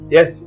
Yes